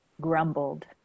grumbled